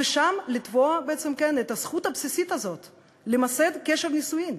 ושם לתבוע את הזכות הבסיסית הזאת למסד קשר נישואים.